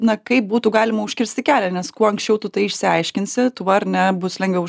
na kaip būtų galima užkirsti kelią nes kuo anksčiau tu tai išsiaiškinsi tuo ar ne bus lengviau